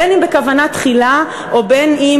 בין אם בכוונה תחילה ובין אם